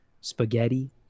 spaghetti